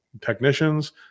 Technicians